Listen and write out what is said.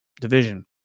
division